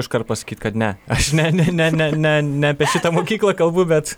iškart pasakyt kad ne aš ne ne ne ne apie šitą mokyklą kalbu bet